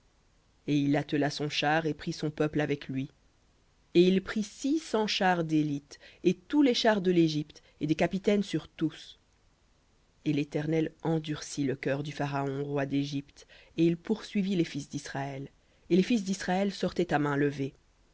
et il attela son char et prit son peuple avec lui et il prit six cents chars d'élite et tous les chars de l'égypte et des capitaines sur tous et l'éternel endurcit le cœur du pharaon roi d'égypte et il poursuivit les fils d'israël et les fils d'israël sortaient à main levée